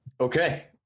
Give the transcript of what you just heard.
Okay